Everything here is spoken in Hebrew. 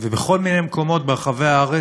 ובכל מיני מקומות ברחבי הארץ,